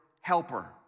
helper